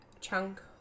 chunk